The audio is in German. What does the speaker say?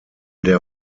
der